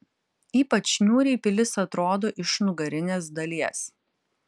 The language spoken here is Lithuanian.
ypač niūriai pilis atrodo iš nugarinės dalies